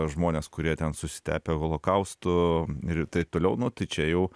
žmones kurie ten susitepę holokaustu ir taip toliau nu tai čia jau